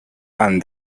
and